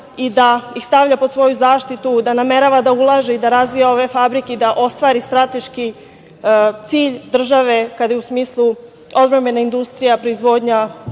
i da ih stavlja pod svoju zaštitu, da namerava da ulaže i da razvija ove fabrike i da ostvari strateški cilj države, kada je u smislu odbrambena industrija, proizvodnja